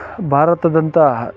ಭಾರತದಂತಹ